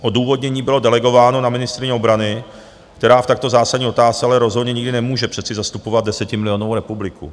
Odůvodnění bylo delegováno na ministryni obrany, která v takto zásadní otázce ale rozhodně nikdy nemůže přece zastupovat desetimilionovou republiku.